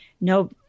no